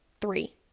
Three